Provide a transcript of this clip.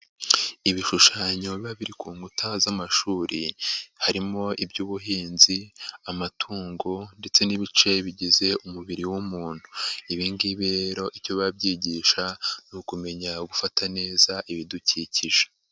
Ibishushanyoba biba biri ku nkuta z'amashuri harimo iby'ubuhinzi, amatungo ndetse n'ibice bigize umubiri w'umuntu, ibi ngibi rero icyo biba byigisha ni ukumenya gufata neza ibidukikije.